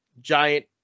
giant